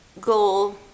goal